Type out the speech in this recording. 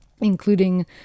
including